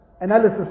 analysis